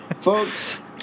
Folks